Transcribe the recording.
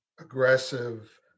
aggressive